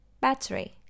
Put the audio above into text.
Battery